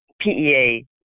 PEA